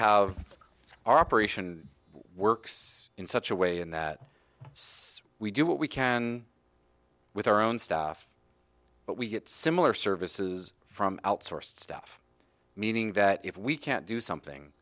have our operation works in such a way and that we do what we can with our own staff but we get similar services from outsourced stuff meaning that if we can't do something